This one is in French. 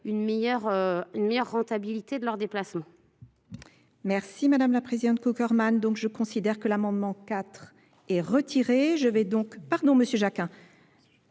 une meilleure rentabilité de leurs déplacements. Mᵐᵉ la Présidente, Coker Man, donc je considère que l'amendement quatre est retiré. Je vais donc pardon M. Jacquin